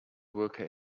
worker